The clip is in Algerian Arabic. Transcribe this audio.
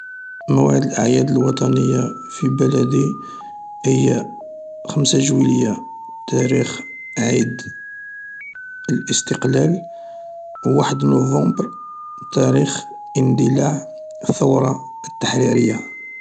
مواعيد الأعياد الوطني في بلدي هي خمسة جويلية تاريخ عيد الاستقلال، واحد نوفمبر تاريخ اندلاع الثورة التحريرية.